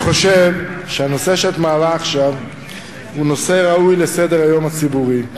אני חושב שהנושא שאת מעלה עכשיו הוא נושא ראוי לסדר-היום הציבורי,